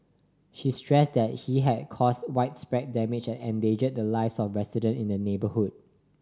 she stressed that he had caused widespread damage and endangered the lives of residents in the neighbourhood